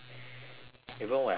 even when I put down the phone